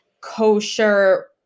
kosher